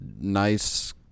nice